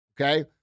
okay